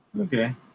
Okay